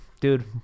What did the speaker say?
Dude